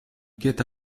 guet